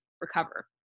recover